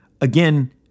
again